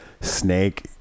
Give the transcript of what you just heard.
snake